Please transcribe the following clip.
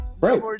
Right